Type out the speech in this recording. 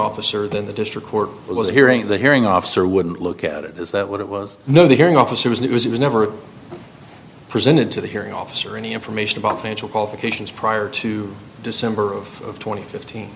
officer then the district court was hearing the hearing officer wouldn't look at it is that what it was no the hearing officer was it was it was never presented to the hearing officer any information about financial qualifications prior to december of twenty fifteen